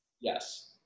Yes